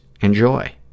Enjoy